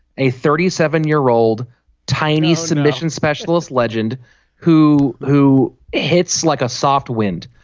a thirty seven year old tiny submission specialist legend who who hits like a soft wind.